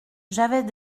j’avais